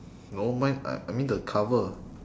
no mine I I mean the cover